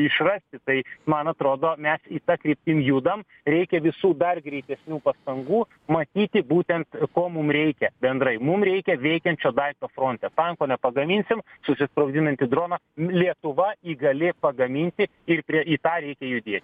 išrasti tai man atrodo mes į ta kryptim judam reikia visų dar greitesnių pastangų matyti būtent ko mum reikia bendrai mum reikia veikiančio daikto fronte tanko nepagaminsim susisprogdinantį droną lietuva įgali pagaminti ir prie į tą reikia judėti